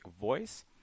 voice